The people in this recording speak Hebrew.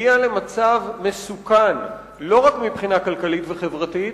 שמגיע למצב מסוכן, לא רק מבחינה כלכלית וחברתית,